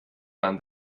man